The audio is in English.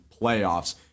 playoffs